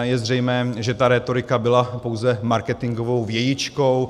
Je zřejmé, že ta rétorika byla pouze marketingovou vějičkou.